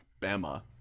Bama